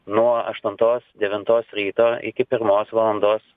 nuo aštuntos devintos ryto iki pirmos valandos